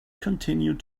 continued